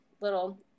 little